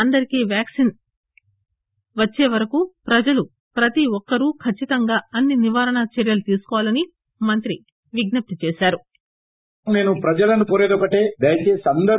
అందరికీ వ్యాక్పిన్ వచ్చే వరకు ప్రజలు ప్రతి ఒకరూ ఖచ్చితంగా అన్సి నివారణ చర్యలు తీసుకోవాలని మంత్రి విజ్ఞప్తి చేశారు